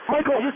Michael